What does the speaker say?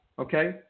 okay